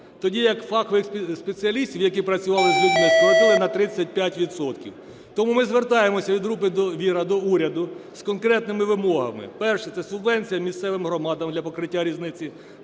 тоді як фахових спеціалістів, які працювали з людьми, скоротили на 35 відсотків. Тому ми звертаємось від групи "Довіра" до уряду з конкретними вимогами. Перша – це субвенція місцевим громадам для покриття різниці